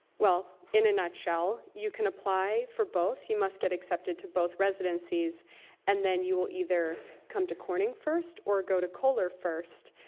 in a nut shell, you can apply for both. you must get accepted to both residencies and then you will either come to corning first, or go to kohler first,